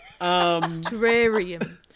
Terrarium